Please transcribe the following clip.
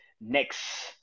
next